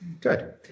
Good